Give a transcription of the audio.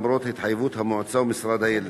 למרות התחייבות המועצה ומשרד הילד,